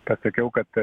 pasakiau kad